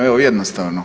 Evo jednostavno.